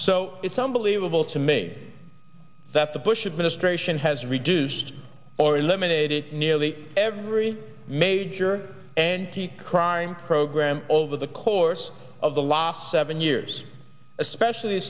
so it's unbelievable to me that the bush administration has reduced or eliminated nearly every major and crime program over the course of the last seven years especially